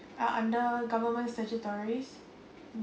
uh under government statutories